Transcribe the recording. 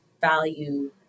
value